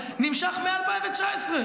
נמשך מ-2019.